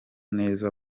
neza